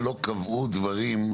שלא קבעו דברים,